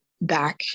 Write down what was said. back